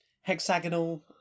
hexagonal